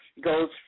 goes